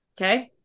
okay